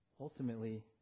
ultimately